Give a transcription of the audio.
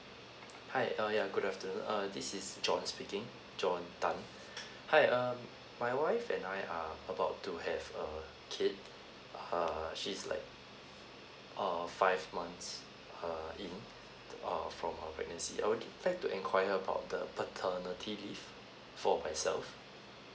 hi uh yeah good afternoon uh this is john speaking john tan hi um my wife and I are about to have a kid err she's like err five months err in err from her pregnancy I would de~ like to enquire about the paternity leave for myself